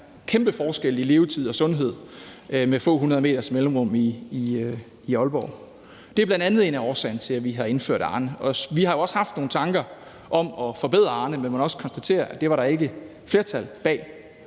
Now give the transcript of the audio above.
den her kæmpe forskel i levetid og sundhed med få hundrede meters mellemrum i Aalborg. Det er bl.a. en af årsagerne til, at vi har indført Arnepensionen. Vi har jo også haft nogle tanker om at forbedre Arnepensionen, men måtte også konstatere, at det var der ikke flertal bag.